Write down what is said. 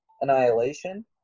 Annihilation